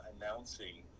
announcing